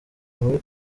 muri